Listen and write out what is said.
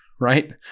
right